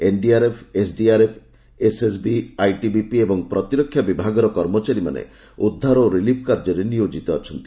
NDRF SDRF SSB ITBP ଏବଂ ପ୍ରତିରକ୍ଷା ବିଭାଗର କର୍ମଚାରୀମାନେ ଉଦ୍ଧାର ଓ ରିଲିଫ୍ କାର୍ଯ୍ୟରେ ନିୟୋଜିତ ଅଛନ୍ତି